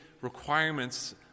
requirements